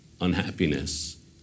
unhappiness